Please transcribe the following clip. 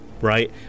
right